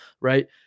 Right